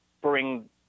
bring